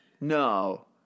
no